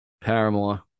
Paramore